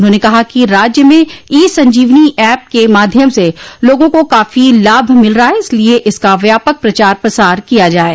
उन्होंने कहा कि राज्य में ई संजीवनी ऐप के माध्यम से लोगों को काफी लाभ मिल रहा है इसलिये इसका व्यापक प्रचार प्रसार किया जाये